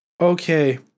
Okay